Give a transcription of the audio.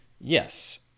Yes